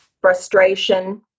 frustration